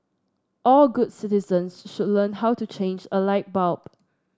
all good citizens should learn how to change a light bulb